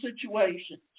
situations